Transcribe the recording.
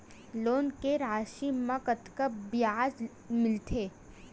Loan के राशि मा कतका ब्याज मिलथे?